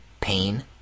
pain